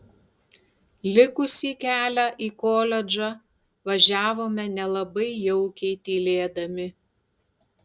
likusį kelią į koledžą važiavome nelabai jaukiai tylėdami